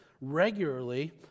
regularly